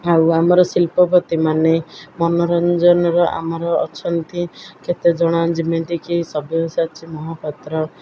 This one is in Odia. ଆଉ ଆମର ଶିଳ୍ପପତି ମାନେ ମନୋରଞ୍ଜନର ଆମର ଅଛନ୍ତି କେତେ ଜଣ ଯେମିତିକି ସବ୍ୟସାଚୀ ମହାପାତ୍ର